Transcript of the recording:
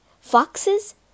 Foxes